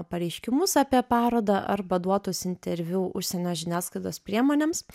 pareiškimus apie parodą arba duotus interviu užsienio žiniasklaidos priemonėms